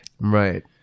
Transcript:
right